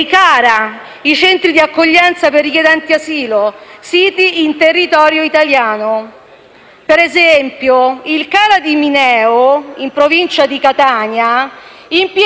un centro di accoglienza per richiedenti asilo (CARA), siti in territorio italiano. Per esempio il CARA di Mineo, in provincia di Catania, impiega ogni giorno